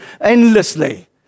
endlessly